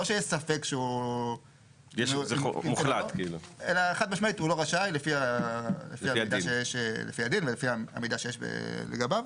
לא כשיש ספק אלא חד משמעית הוא לא רשאי לפי הדין ולפי המידע שיש לגביו,